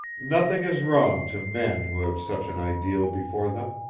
nothing is wrong to men who have such an ideal before them.